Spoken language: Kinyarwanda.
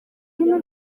ururimi